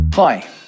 Hi